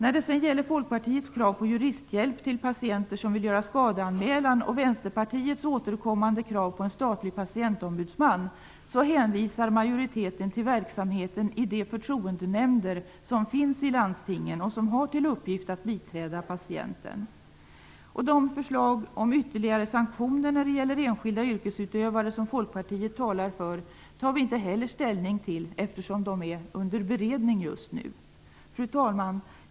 När det gäller Folkpartiets krav på juristhjälp till patienter som vill göra skadeanmälan och Vänsterpartiets återkommande krav på en statlig patientombudsman hänvisar utskottsmajoriteten till verksamheten i de förtroendenämnder som finns i landstingen och som har till uppgift att biträda patienten. De förslag om ytterligare sanktioner när det gäller enskilda yrkesutövare som Folkpartiet talar för tar utskottet inte ställning till nu, eftersom de är under beredning. Fru talman!